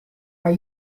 are